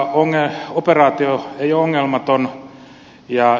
tämä operaatio ei ole ongelmaton